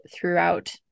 throughout